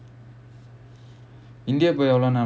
india கு:ku